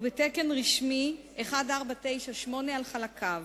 ובתקן רשמי 1498 על חלקיו.